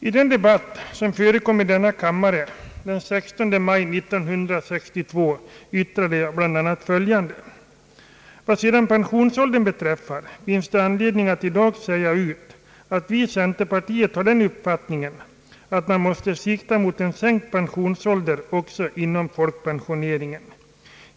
I den debatt som förekom i denna kammare den 16 maj 1962 yttrade jag bl.a. följande: »Vad sedan pensionsåldern beträffar finns det anledning att i dag säga ut, att vi i centerpartiet har den uppfattningen, att man måste sikta mot en sänkt pensionsålder också inom folkpensioneringen.